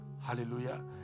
Hallelujah